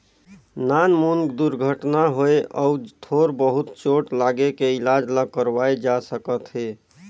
नानमुन दुरघटना होए अउ थोर बहुत चोट लागे के इलाज ल करवाए जा सकत हे